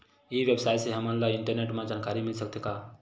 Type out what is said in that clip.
ई व्यवसाय से हमन ला इंटरनेट मा जानकारी मिल सकथे का?